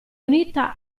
unita